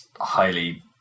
highly